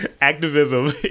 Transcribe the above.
Activism